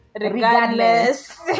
regardless